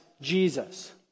Jesus